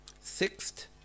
sixth